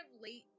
late